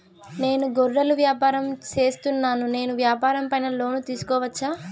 నేను గొర్రెలు వ్యాపారం సేస్తున్నాను, నేను వ్యాపారం పైన లోను తీసుకోవచ్చా?